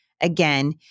again